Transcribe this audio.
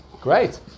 Great